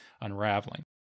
unraveling